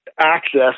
access